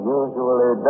usually